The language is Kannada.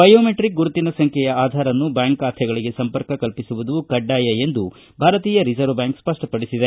ಬಯೊಮೆಟ್ರಿಕ್ ಗುರುತಿನ ಸಂಬ್ಯೆಯ ಆಧಾರ್ ಅನ್ನು ಬ್ಯಾಂಕ್ ಖಾತೆಗಳಿಗೆ ಸಂಪರ್ಕ ಕಲ್ಪಿಸುವುದು ಕಡ್ಡಾಯ ಎಂದು ಭಾರತೀಯ ರಿಸರ್ವ್ ಬ್ಯಾಂಕ್ ಸ್ಪಷ್ಟಪಡಿಸಿದೆ